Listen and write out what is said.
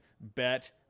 Bet